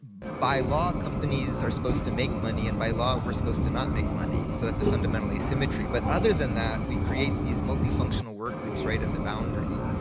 by law, companies are supposed to make money, and by law, we're supposed to not make money. so that's a fundamental assymetry. but other than that, we create these multifunctional work groups right at the boundary